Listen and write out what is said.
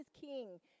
king